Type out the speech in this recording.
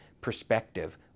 perspective